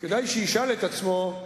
כדאי שישאל את עצמו,